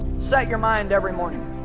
set your mind every morning